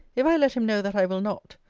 if i let him know that i will not,